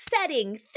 setting